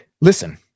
listen